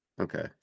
Okay